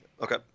okay